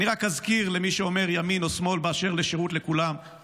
אני רק אזכיר למי שאומר ימין או שמאל באשר לשירות לכולם,